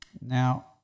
now